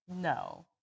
No